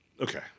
okay